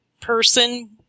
person